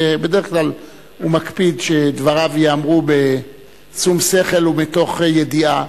ובדרך כלל הוא מקפיד שדבריו ייאמרו בשום שכל ומתוך ידיעה,